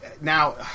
now